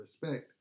respect